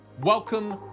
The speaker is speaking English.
Welcome